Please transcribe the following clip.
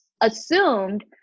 assumed